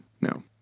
No